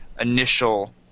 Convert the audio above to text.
initial –